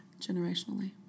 generationally